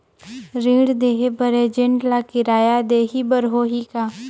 ऋण देहे बर एजेंट ला किराया देही बर होही का?